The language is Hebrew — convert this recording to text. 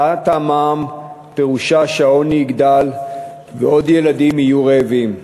העלאת המע"מ פירושה שהעוני יגדל ועוד ילדים יהיו רעבים.